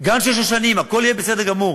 גן של שושנים, הכול יהיה בסדר גמור.